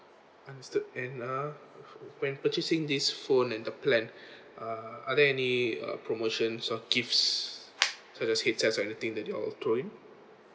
understood and uh when purchasing this phone and the plan uh are there any uh promotions or gifts such as headset or anything that you all throwing